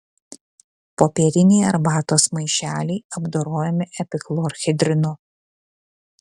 popieriniai arbatos maišeliai apdorojami epichlorhidrinu